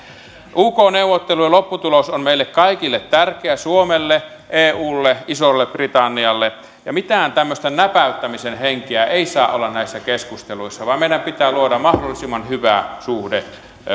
uk neuvottelujen lopputulos on meille kaikille tärkeä suomelle eulle isolle britannialle ja mitään näpäyttämisen henkeä ei saa olla näissä keskusteluissa vaan meidän pitää luoda mahdollisimman hyvä suhde